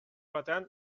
batean